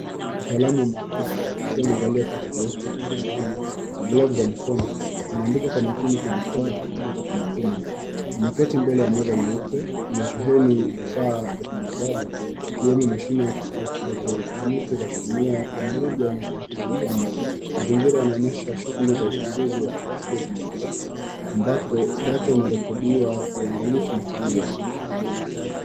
Mtaalamu wa maabara akiwa amevalia koti jeupe na miwani, glavu za mikono anaandika kwa makini kwa kitabu kikubwa cha kumbukumbu. Ameketi mbele ya meza jeupe iliyosheheni vifaa vya kimatibabu, ikiwemo mashine ya kielektroniki la kupimia, mirija na sampuli za damu. Mazingira yanaonyesha shughuli za uchugnuzi wa kiafya zinaendelea ambapo data inarekodiwa kwa uangalifu mkubwa.